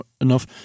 enough